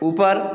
ऊपर